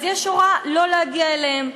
יש הוראה שלא להגיע אליהם.